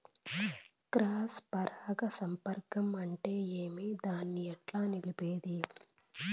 Cross పరాగ సంపర్కం అంటే ఏమి? దాన్ని ఎట్లా నిలిపేది?